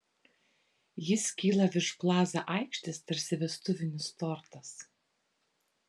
jis kyla virš plaza aikštės tarsi vestuvinis tortas